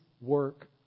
work